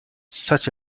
such